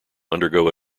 undergo